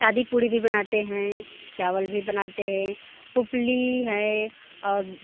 सादी पूड़ी भी बनाते हैं चावल भी बनाते हैं पुपली है और